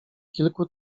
kilku